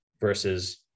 versus